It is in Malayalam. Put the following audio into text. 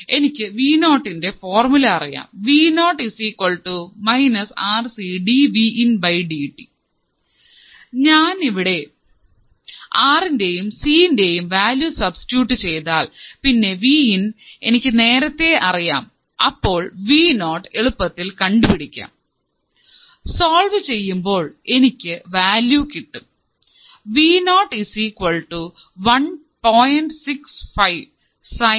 എനിക്ക് വിനോട്ടിന്റെ ഫോർമുല അറിയാം ഞാനിവിടെ ആർ ഇന്റെയും സി ഇന്റെയും വാല്യൂ സബ്സ്റ്റിറ്റ്യൂട്ട് ചെയ്താൽ പിന്നെ വി ഇൻ നേരത്തെ അറിയാം അപ്പോൾ വി നോട്ട് എളുപ്പത്തിൽ കണ്ടുപിടിക്കാം സോൾവ് ചെയ്യുമ്പോൾ എനിക്ക് വാല്യൂ കിട്ടും Vo 1